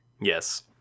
Yes